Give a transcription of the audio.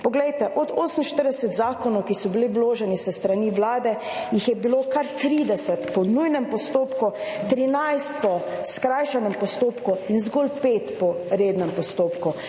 Poglejte, od 48 zakonov, ki so bili vloženi s strani Vlade, jih je bilo kar 30 po nujnem postopku, 13 po skrajšanem postopku in zgolj 5 po rednem postopku.